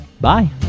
Bye